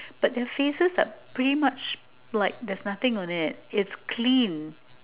but their faces are pretty much like there's nothing on it like it's clean